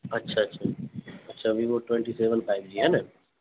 اچھا اچھا اچھا ابھی وہ ٹوینٹی سوین فائو جی ہے نا